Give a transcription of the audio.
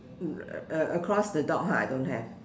uh uh across the dog ha I don't have